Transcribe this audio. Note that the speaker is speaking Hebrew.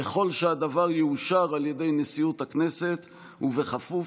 ככל שהדבר יאושר על ידי נשיאות הכנסת ובכפוף